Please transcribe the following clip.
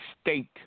state